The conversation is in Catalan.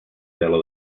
tela